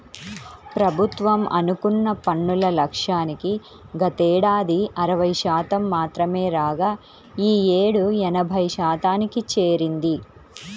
ప్రభుత్వం అనుకున్న పన్నుల లక్ష్యానికి గతేడాది అరవై శాతం మాత్రమే రాగా ఈ యేడు ఎనభై శాతానికి చేరింది